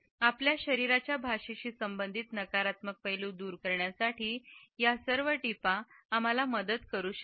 आपल्या शरीराच्या भाषेशी संबंधित नकारात्मक पैलू दूर करण्यासाठी या टीपा आम्हाला मदत करू शकतात